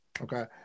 okay